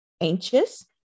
anxious